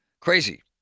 Crazy